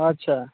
আচ্ছা